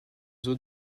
zoo